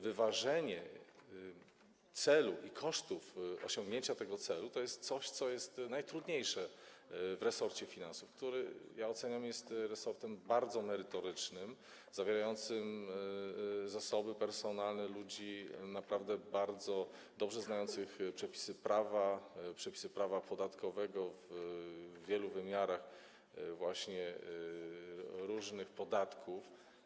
Wyważenie stosunku celu do kosztów osiągnięcia tego celu to jest coś, co jest najtrudniejsze w resorcie finansów, który, jak oceniam, jest resortem bardzo merytorycznym, którego zasoby personalne stanowią ludzie naprawdę bardzo dobrze znający przepisy prawa, przepisy prawa podatkowego w wielu wymiarach, w kwestii różnych podatków.